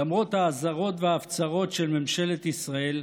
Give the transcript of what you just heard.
למרות האזהרות וההפצרות של ממשלת ישראל,